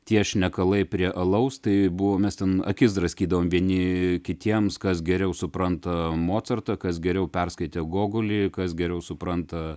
tie šnekalai prie alaus tai buvo mes ten akis draskydavom vieni kitiems kas geriau supranta mocartą kas geriau perskaitė gogolį kas geriau supranta